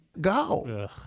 go